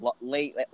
late